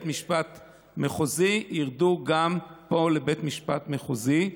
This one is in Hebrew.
משפט מחוזי ירדו גם פה לבית משפט מחוזי.